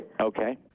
okay